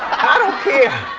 i don't care.